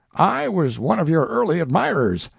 i was one of your early admirers.